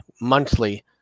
monthly